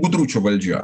gudručių valdžia